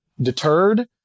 deterred